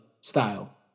style